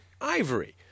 ivory